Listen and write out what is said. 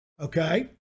Okay